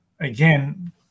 again